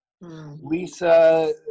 Lisa